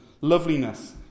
Loveliness